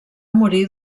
morir